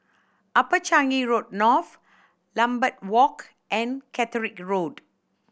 Upper Changi Road North Lambeth Walk and Caterick Road